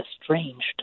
estranged